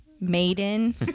maiden